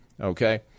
Okay